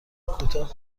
کوتاه